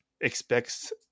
expects